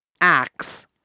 axe